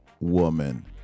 woman